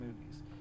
movies